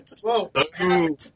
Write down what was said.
Whoa